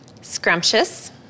scrumptious